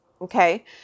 Okay